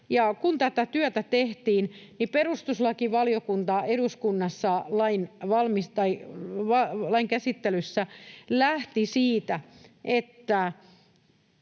Kun tätä työtä tehtiin, niin perustuslakivaliokunta eduskunnassa lain käsittelyssä lähti siitä, että